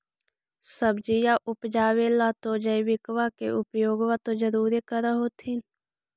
सब्जिया उपजाबे ला तो जैबिकबा के उपयोग्बा तो जरुरे कर होथिं?